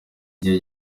gihe